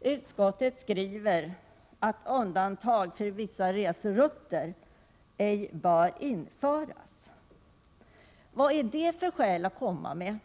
Utskottet skriver att undantag för vissa reserutter ej bör införas. Vad är det för skäl att komma med?